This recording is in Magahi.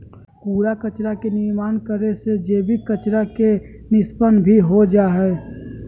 कूड़ा कचरा के निर्माण करे से जैविक कचरा के निष्पन्न भी हो जाहई